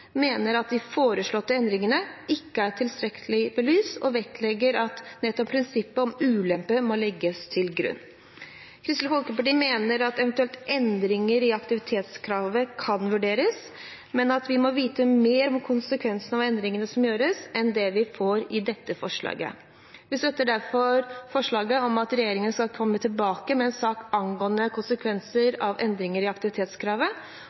mener at de foreslåtte endringene ikke er tilstrekkelig belyst, og vektlegger at nettopp prinsippet om ulempe må ligge til grunn. Kristelig Folkeparti mener at eventuelle endringer i aktivitetskravet kan vurderes, men at vi må vite mer om konsekvensene av endringene som gjøres, enn det vi får vite i dette forslaget. Vi støtter derfor forslaget om at regjeringen skal komme tilbake med en sak angående konsekvenser av endringer i aktivitetskravet